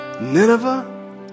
Nineveh